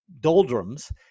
doldrums